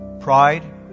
Pride